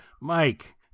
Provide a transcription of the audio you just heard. Mike